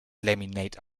laminate